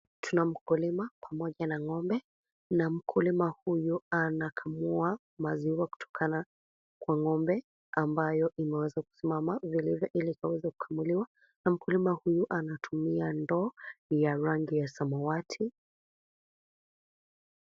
Tuna mkulima pamoja na ng'ombe, na mkulima huyu anakamua maziwa kutoka kwa ng'ombe ambayo imeweza kusimama vilivyo ili aweze kukamuliwa, na mkulima huyu anatumia ndoo ya rangi ya samawati.